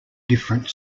different